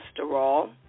cholesterol